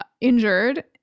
injured